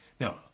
Now